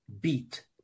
beat